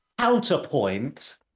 counterpoint